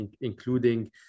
including